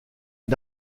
une